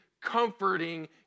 comforting